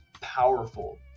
powerful